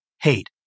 hate